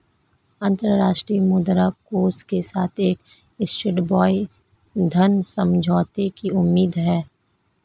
अंतर्राष्ट्रीय मुद्रा कोष के साथ एक स्टैंडबाय ऋण समझौते की उम्मीद है